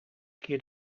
keer